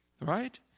Right